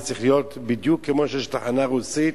זה צריך להיות בדיוק כמו שיש תחנה רוסית,